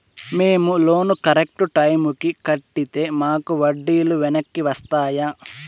మేము loan correct టైముకి కట్టితే మాకు వడ్డీ లు వెనక్కి వస్తాయా?